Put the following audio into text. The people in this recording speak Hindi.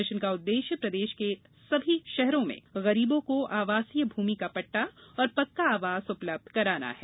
मिशन का उददेश्य प्रदेश के सभी शहरों में गरीबों को आवासीय भूमि का पटटा एवं पक्का आवास उपलब्ध कराना है